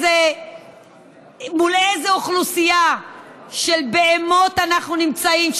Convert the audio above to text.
מול איזו אוכלוסייה של בהמות אנחנו נמצאים,